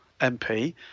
MP